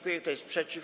Kto jest przeciw?